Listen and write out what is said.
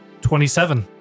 27